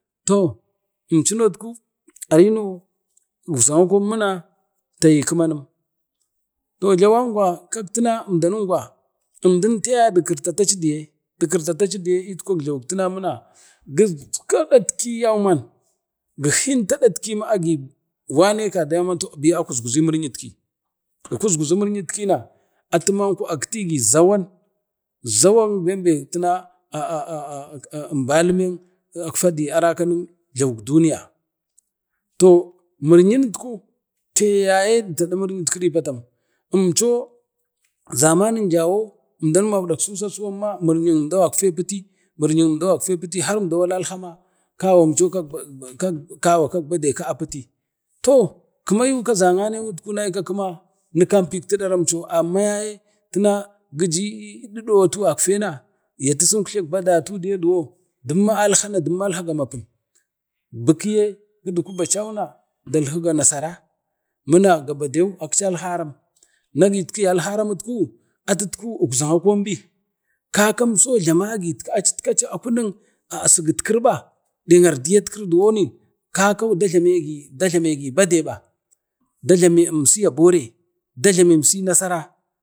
Jlawangwak itna teka di kirtataci itkuk jlawuk tina mina gisgu datki yauman gi hinta adatki yauman agi wane kada yalman a kusguji miryat ki, ku kusguzu miryat ki yauman atimanko akitigi zawan bem bem mbariman yakfada i arakanik duniya, to miryi itku tayayu di tada miryim kiri patam, umdo zamanin jawo 1mdau awarik susasuwan ma miryim umdau gafko apiti har umdau alhama kawan cho ka gabadau ka piti, toh kima yu kaza ane nu kampik tu durau to amma yaye gije didou gafka na ya tisin uktlek badayatu gafko man dummo alha nek gabadeu sai gamapun bikiye dalhi ganasara mina gabadeu akcal haram nagit ku yalharam na ukzan akon bi, kakam so jlamagi no akuni irditat kiri nek ardiyat kiri ba duwon dajlamegi, bade ba, da jlamiim si abore, da jlami imsi nasaran,